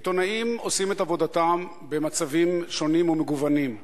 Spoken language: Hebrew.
עיתונאים עושים את עבודתם במצבים שונים ומגוונים.